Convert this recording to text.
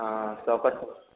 हाँ प्रॉपर